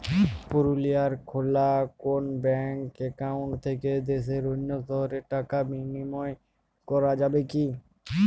পুরুলিয়ায় খোলা কোনো ব্যাঙ্ক অ্যাকাউন্ট থেকে দেশের অন্য শহরে টাকার বিনিময় করা যাবে কি?